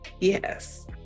Yes